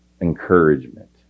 encouragement